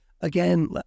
again